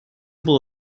был